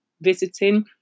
visiting